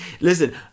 Listen